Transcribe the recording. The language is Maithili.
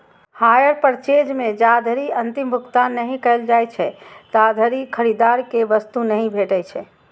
हायर पर्चेज मे जाधरि अंतिम भुगतान नहि कैल जाइ छै, ताधरि खरीदार कें वस्तु नहि भेटै छै